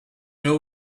know